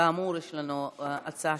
כאמור, יש לנו הצעה